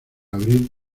abrir